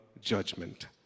judgment